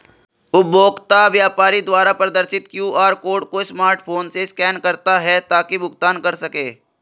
उपभोक्ता व्यापारी द्वारा प्रदर्शित क्यू.आर कोड को स्मार्टफोन से स्कैन करता है ताकि भुगतान कर सकें